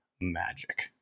magic